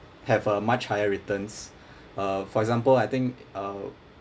have a much higher returns uh for example I think uh